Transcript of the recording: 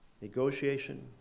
negotiation